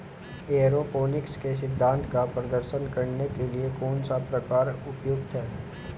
Aeroponics के सिद्धांत का प्रदर्शन करने के लिए कौन सा प्रकार उपयुक्त है?